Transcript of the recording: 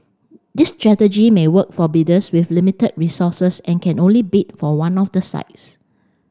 this strategy may work for bidders with limited resources and can only bid for one of the sites